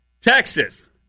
Texas